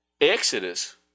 Exodus